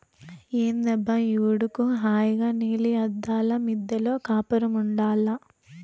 ఏందబ్బా ఈ ఉడుకు హాయిగా నీలి అద్దాల మిద్దెలో కాపురముండాల్ల